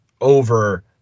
over